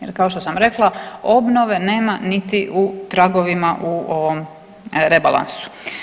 Jer kao što sam rekla obnove nema niti u tragovima u ovom rebalansu.